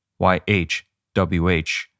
YHWH